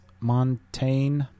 Montaigne